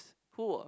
who or